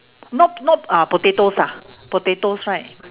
not not uh potatoes ah potatoes right